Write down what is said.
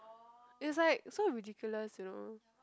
it's like so ridiculous you know